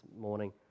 morning